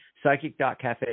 Psychic.cafe